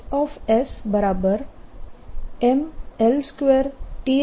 SML2T 2L2